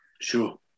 Sure